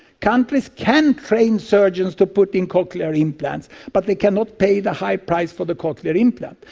countries can train surgeons to put in cochlear implants but they cannot pay the high price for the cochlear implant.